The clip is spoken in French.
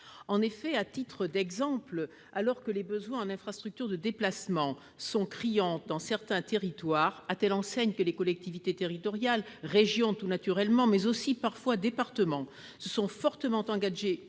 En effet, à titre d'exemple, alors que les besoins en infrastructures de déplacement sont criants dans certains territoires, à telle enseigne que les collectivités territoriales, les régions tout naturellement, mais également parfois les départements, se sont fortement engagées